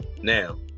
Now